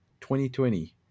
2020